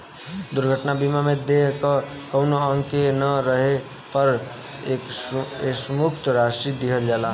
दुर्घटना बीमा में देह क कउनो अंग के न रहे पर एकमुश्त राशि दिहल जाला